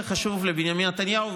שחשוב לבנימין נתניהו,